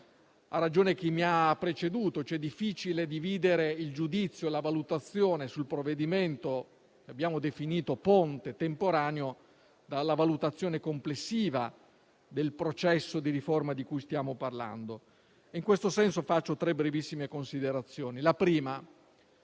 ha ragione chi mi ha preceduto: è difficile dividere il giudizio e la valutazione sul provvedimento, che abbiamo definito ponte, temporaneo, dalla valutazione complessiva del processo di riforma di cui stiamo parlando. In questo senso faccio tre brevissime considerazioni. In primo